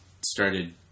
started